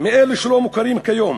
מאלו שלא מוכרים כיום.